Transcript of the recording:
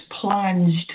plunged